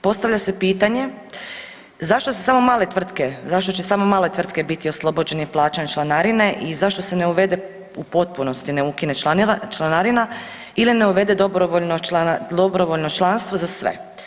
Postavlja se pitanje zašto se samo male tvrtke, zašto će samo male tvrtke biti oslobođene plaćanja članarine i zašto se ne uvede u potpunosti ne ukine članarina ili ne uvede dobrovoljno članstvo za sve.